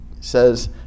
says